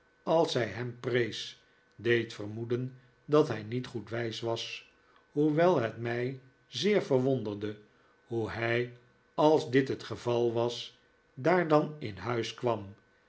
als zij hem prees deed vermoeden dat hij niet goed wijs was hoewel het mij zeer verwonderde hoe r hij als dit het geval was daar dan in huis kwam